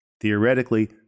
Theoretically